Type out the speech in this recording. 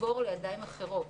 לעבור לידיים אחרות,